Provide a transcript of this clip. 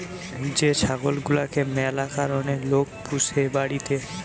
যে ছাগল গুলাকে ম্যালা কারণে লোক পুষে বাড়িতে